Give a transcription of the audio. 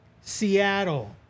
Seattle